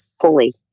fully